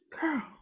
Girl